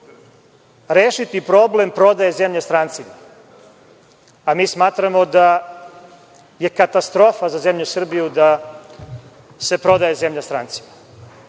rešiti problem prodaje zemlje strancima, a mi smatramo da je katastrofa za zemlju Srbiju da se prodaje zemlja strancima.